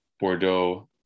Bordeaux